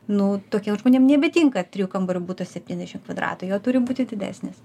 nu tokiem žmonėm nebetinka trijų kambarių butas septyniasdešim kvadratų jo turi būti didesnis